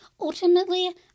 Ultimately